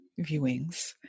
viewings